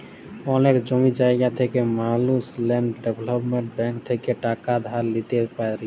অলেক জমি জায়গা থাকা মালুস ল্যাল্ড ডেভেলপ্মেল্ট ব্যাংক থ্যাইকে টাকা ধার লিইতে পারি